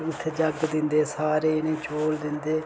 उत्थै जग दिंदे सारे जने चौल दिंदे